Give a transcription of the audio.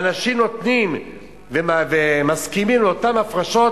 ואנשים נותנים ומסכימים לאותן הפרשות